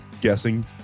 guessing